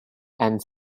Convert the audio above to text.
and